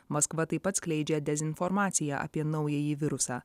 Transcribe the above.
maskva taip pat skleidžia dezinformaciją apie naująjį virusą